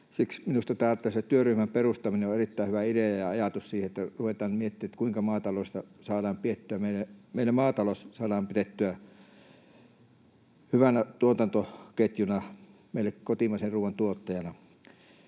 Siksi minusta se työryhmän perustaminen on erittäin hyvä idea ja ajatus siihen, että ruvetaan miettimään, kuinka meidän maatalous saadaan pidettyä hyvänä tuotantoketjuna, meille kotimaisen ruoan tuottajana.